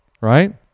Right